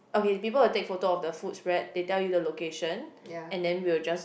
okay people will take photo of the food spread they tell you the location and then we'll just